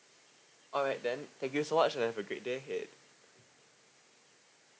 alright then thank you so much and have a great day ahead